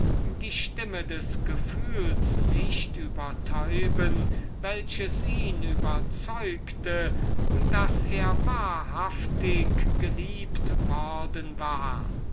die stimme des gefühls nicht übertäuben welches ihn überzeugte daß er wahrhaftig geliebt worden war